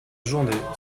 journée